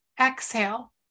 exhale